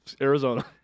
Arizona